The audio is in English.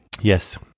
yes